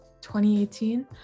2018